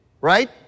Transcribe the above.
right